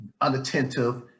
unattentive